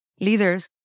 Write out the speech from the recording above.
leaders